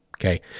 Okay